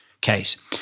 case